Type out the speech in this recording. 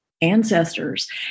ancestors